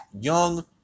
young